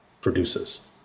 produces